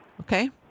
okay